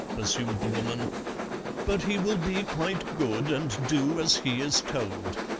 pursued the woman but he will be quite good, and do as he is told.